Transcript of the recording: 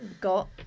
got